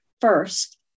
first